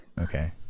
Okay